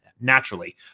naturally